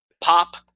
Pop